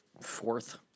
fourth